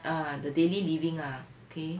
uh the daily living ah okay